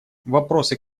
вопросы